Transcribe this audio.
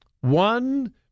One